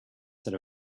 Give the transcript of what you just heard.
set